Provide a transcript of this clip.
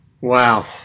Wow